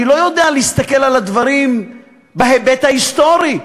אני לא יודע להסתכל על הדברים בהיבט ההיסטורי,